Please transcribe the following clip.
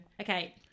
Okay